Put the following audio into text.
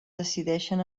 decideixen